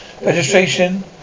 Registration